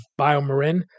BioMarin